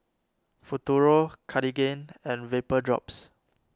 Futuro Cartigain and Vapodrops